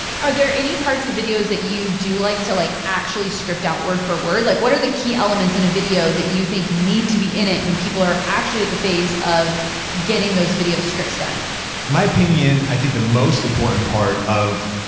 are there any parts of videos that you do like to like actually script out word for word? like what are the key elements in a video that you think need to be in it when people are actually at the phase of getting those video scripts done? in my opinion, i think the most important part of,